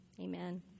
amen